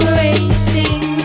racing